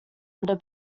under